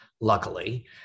Luckily